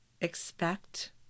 expect